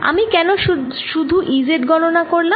আমি কেন শুধু Ez গণনা করলাম